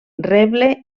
reble